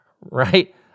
Right